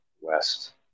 west